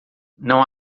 não